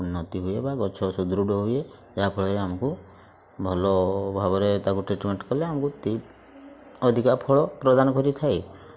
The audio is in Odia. ଉନ୍ନତି ହୁଏ ବା ଗଛ ସୁଦୃଢ଼ ହୁଏ ଯାହା ଫଳରେ ଆମକୁ ଭଲ ଭାବରେ ତାକୁ ଟ୍ରିଟ୍ମେଣ୍ଟ କଲେ ଆମକୁ ଅଧିକା ଫଳ ପ୍ରଦାନ କରିଥାଏ